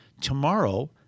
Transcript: Tomorrow